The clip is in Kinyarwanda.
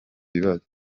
bibazo